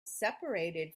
separated